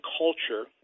culture